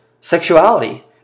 Sexuality